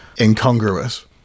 incongruous